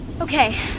Okay